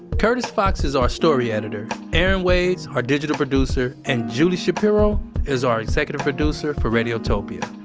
curtis fox is our story editor erin wade's our digital producer, and julie shapiro is our executive producer for radiotopia.